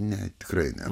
ne tikrai ne